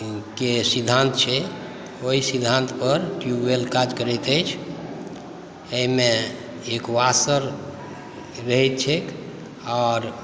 के सिद्धान्त छै ओहि सिद्धान्तपर ट्यूबवेल काज करैत अछि एहिमे एक वासर रहैत छैक आओर